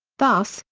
thus,